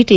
T